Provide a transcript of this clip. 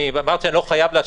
אמרת שאני לא חייב להשיב.